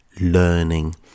learning